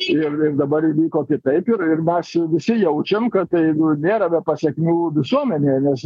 ir ir dabar įvyko kitaip ir ir mes jau visi jaučiam kad nu nėra pasekmių visuomenėje nes